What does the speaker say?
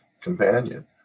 companion